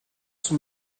sous